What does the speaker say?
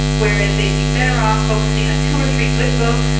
whereas they'd be better off focusing on two or three good books,